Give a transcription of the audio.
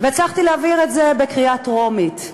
והצלחתי להעביר את זה בקריאה טרומית.